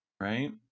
Right